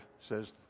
says